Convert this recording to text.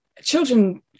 Children